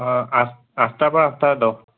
অঁ আঠ আঠটাৰ পৰা আঠটা দহ